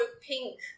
pink